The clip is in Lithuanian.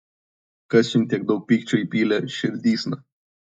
kas jums tiek daug pykčio įpylė širdysna